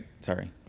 Sorry